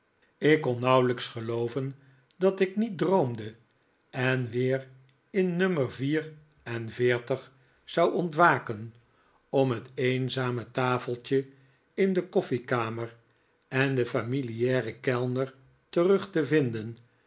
ik kon nauwelijks gelooven dat ik niet droomde en weer in nummer vier en veertig zou ontwaken om het eenzame tafeltje in de koffiekamer en den familiaren kellner terug te vinden